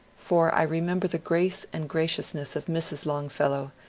for i remember the grace and graciousness of mrs. longfellow,